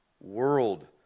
world